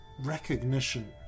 recognition